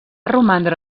romandre